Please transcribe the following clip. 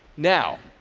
now,